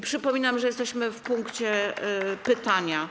Przypominam, że jesteśmy w punkcie: pytania.